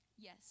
Yes